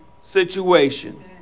situation